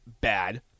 bad